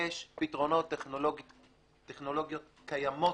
יש פתרונות, טכנולוגיות קיימות,